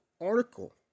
article